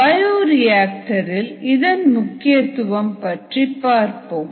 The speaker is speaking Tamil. பயோரியாக்டரில் இதன் முக்கியத்துவம் பற்றி பார்ப்போம்